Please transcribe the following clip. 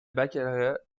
baccalauréat